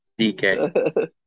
dk